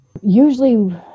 Usually